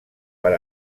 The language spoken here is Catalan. per